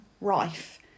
rife